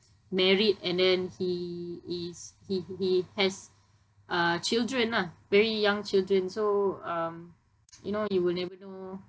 married and then he is he he has uh children lah very young children so um you know you will never know